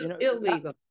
illegal